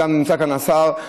וגם נמצא כאן השר,